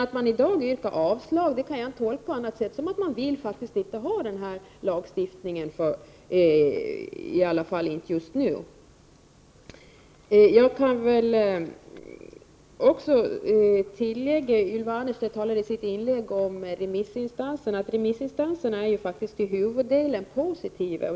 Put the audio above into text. Att man i dag yrkar avslag kan jag bara tolka på det sättet att man faktiskt inte vill ha den här lagstiftningen — i alla fall inte just nu. Ylva Annerstedt nämnde remissinstanserna. Dessa är i huvudsak positiva.